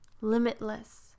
limitless